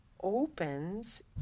opens